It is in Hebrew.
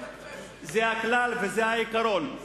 זה לא הכלל וזה לא העיקרון.